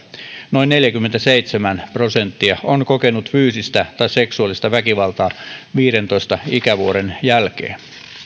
noin neljäkymmentäseitsemän prosenttia on kokenut fyysistä tai seksuaalista väkivaltaa viidentoista ikävuoden jälkeen